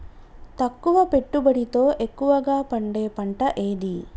తక్కువ పెట్టుబడితో ఎక్కువగా పండే పంట ఏది?